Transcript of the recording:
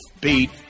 Beat